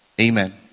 amen